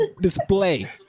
display